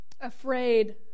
afraid